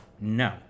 no